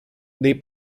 dei